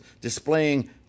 displaying